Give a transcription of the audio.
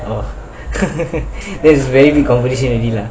there's very big already lah